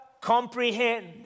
comprehend